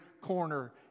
corner